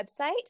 website